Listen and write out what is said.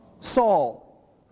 Saul